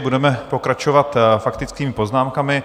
Budeme pokračovat faktickými poznámkami.